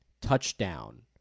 touchdown